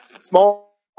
Small